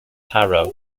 tarot